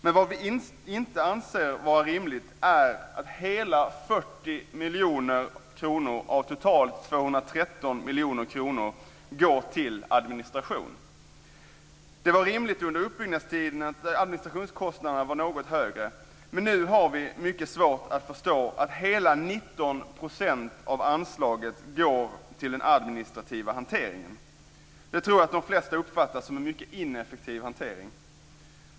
Men vad vi inte anser vara rimligt är att hela 40 miljoner kronor av totalt 213 miljoner kronor går till administration. Det var rimligt under uppbyggnadstiden att administrationskostnaderna var något högre, men nu har vi mycket svårt att förstå att hela 19 % av anslaget går till den administrativa hanteringen. Det tror jag att de flesta uppfattar som en mycket ineffektiv hantering.